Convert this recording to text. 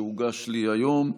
שהוגש לי היום,